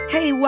Hey